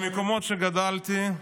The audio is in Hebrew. במקומות שגדלתי,